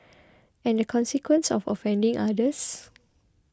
and the consequence of offending others